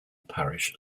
parish